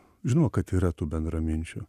žinoma kad yra tų bendraminčių